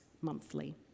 monthly